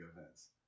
events